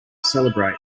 celebrate